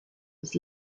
was